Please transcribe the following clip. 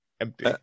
empty